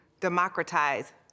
democratize